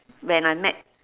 when I met